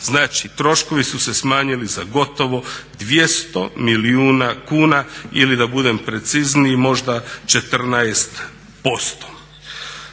Znači, troškovi su se smanjili za gotovo 200 milijuna kuna ili da budem precizniji možda 14%.